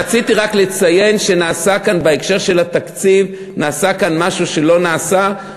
רציתי רק לציין שבהקשר של התקציב נעשה כאן משהו שלא נעשה,